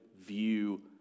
view